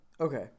Okay